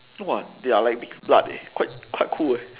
!wah! they are like mixed blood eh quite quite cool eh